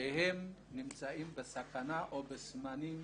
שהם נמצאים בסכנה או בזמנים